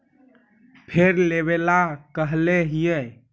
फिर लेवेला कहले हियै?